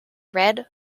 red